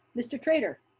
mr. trader.